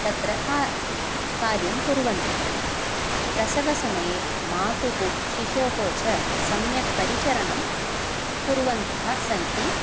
तत्र का कार्यं कुर्वन्ति प्रसवसमये मातुः शिशोः च सम्यक् परिचरणं कुर्वन्तः सन्ति